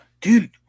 dude